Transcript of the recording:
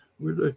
with ah